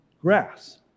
grass